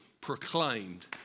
proclaimed